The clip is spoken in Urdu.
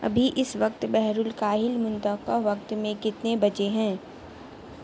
ابھی اس وقت بحر الکاہل منطقہ وقت میں کتنے بجے ہیں